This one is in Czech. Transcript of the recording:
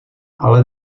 ale